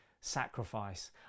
sacrifice